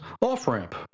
Off-Ramp